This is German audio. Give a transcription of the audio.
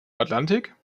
atlantik